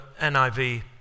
NIV